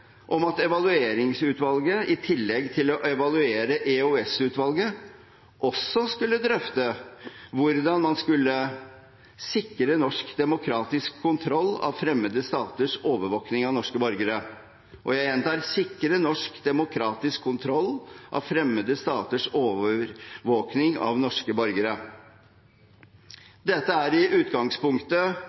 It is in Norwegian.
om at Evalueringsutvalget i tillegg til å evaluere EOS-utvalget skulle drøfte hvordan man skulle sikre norsk demokratisk kontroll av fremmede staters overvåkning av norske borgere – jeg gjentar: sikre demokratisk kontroll av fremmede staters overvåkning av norske borgere. Dette er i utgangspunktet